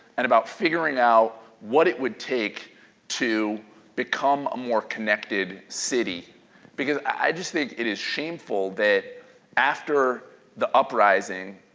and about figuring out what it would take to become a more connected city because i just think it is shameful that after the uprising,